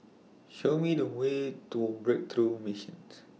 Show Me The Way to Breakthrough Missions